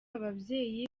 ababyeyi